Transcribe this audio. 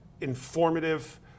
informative